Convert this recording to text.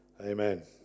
amen